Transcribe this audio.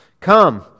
Come